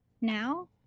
now